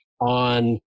on